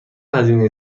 هزینه